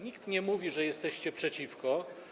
Nikt nie mówi, że jesteście przeciwko.